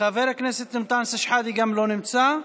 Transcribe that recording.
חבר הכנסת אנטאנס שחאדה, גם הוא לא נמצא.